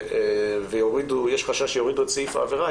ויש חשש שיורידו את סעיף העבירה,